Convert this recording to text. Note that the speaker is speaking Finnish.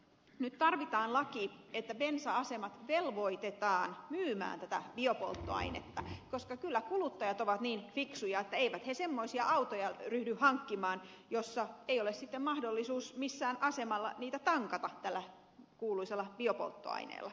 nyt tarvitaan laki että bensa asemat velvoitetaan myymään tätä biopolttoainetta koska kyllä kuluttajat ovat niin fiksuja että eivät he semmoisia autoja ryhdy hankkimaan joita ei ole sitten mahdollisuus missään asemalla tankata tällä kuuluisalla biopolttoaineella